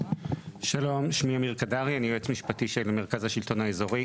שלום, אני יועץ משפטי של מרכז השלטון האזורי.